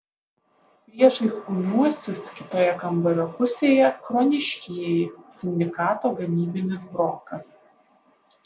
priešais ūmiuosius kitoje kambario pusėje chroniškieji sindikato gamybinis brokas